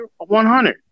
100